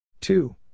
two